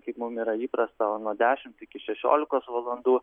kaip mum yra įprasta o nuo dešimt iki šešiolikos valandų